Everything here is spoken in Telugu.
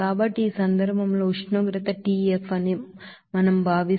కాబట్టి ఈ సందర్భంలో ఉష్ణోగ్రత TF అని మనంభావిస్తే